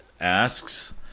asks